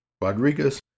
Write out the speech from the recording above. Rodriguez